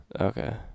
Okay